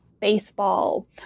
baseball